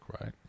right